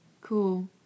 Cool